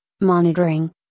monitoring